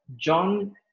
John